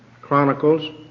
Chronicles